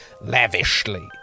lavishly